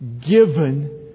Given